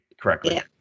correctly